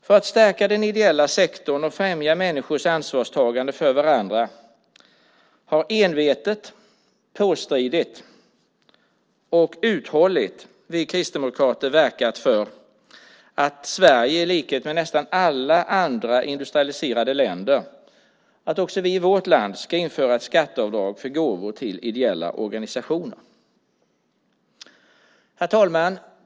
För att stärka den ideella sektorn och främja människors ansvarstagande för varandra har vi kristdemokrater envetet, påstridigt och uthålligt verkat för att Sverige, i likhet med nästan alla andra industrialiserade länder, ska införa ett skatteavdrag för gåvor till ideella organisationer i vårt land. Herr talman!